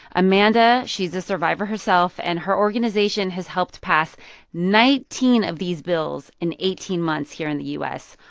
amanda, she's a survivor herself, and her organization has helped pass nineteen of these bills in eighteen months here in the u s,